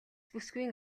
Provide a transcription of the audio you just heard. бүсгүйн